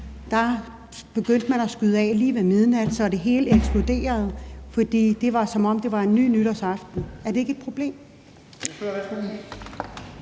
af, begyndte man at skyde af lige ved midnat, så det hele eksploderede, og det var, som om det var en ny nytårsaften. Er det ikke et problem?